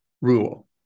rule